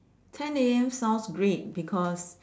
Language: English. ten A_M sounds great because